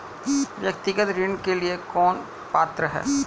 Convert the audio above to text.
व्यक्तिगत ऋण के लिए कौन पात्र है?